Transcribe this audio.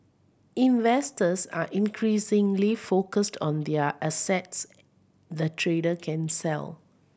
investors are increasingly focused on their assets the trader can sell